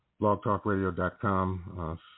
blogtalkradio.com